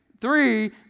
three